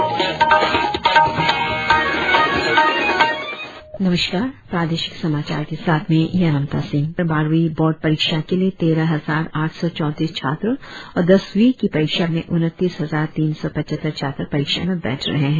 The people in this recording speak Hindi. कुल मिलाकर बारहवी बोर्ड परीक्षा के लिए तेरह हजार आठ सौ चौतीस छात्रो और दसवी की परीक्षा में उन्तीस हजार तीन सौ पचहत्तर छात्र परीक्षा में बैठ रहे है